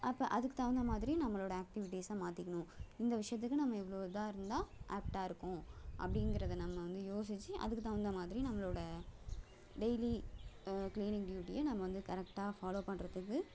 அப்போ அதுக்குத் தகுந்த மாதிரியும் நம்மளோடய ஆக்டிவிட்டீஸை மாற்றிக்கணும் இந்த விஷயத்துக்கு நம்ம இவ்வளோ இதாக இருந்தால் ஆப்ட்டாக இருக்கும் அப்படிங்கிறத நம்ம வந்து யோசித்து அதுக்குத் தகுந்த மாதிரி நம்மளோடய டெய்லி க்ளீனிங் டியூட்டியை நம்ம வந்து கரெக்டாக ஃபாலோவ் பண்ணுறதுக்கு